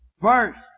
First